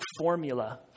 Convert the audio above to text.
formula